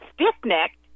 stiff-necked